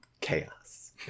Chaos